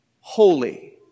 holy